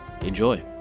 enjoy